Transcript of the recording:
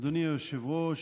אדוני היושב-ראש,